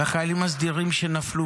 החיילים הסדירים שנפלו